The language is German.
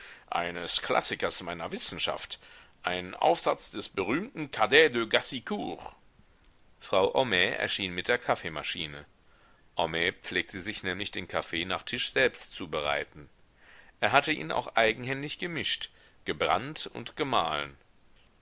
eines klassikers meiner wissenschaft ein aufsatz des berühmten cadet de gassicourt frau homais erschien mit der kaffeemaschine homais pflegte sich nämlich den kaffee nach tisch selbst zu bereiten er hatte ihn auch eigenhändig gemischt gebrannt und gemahlen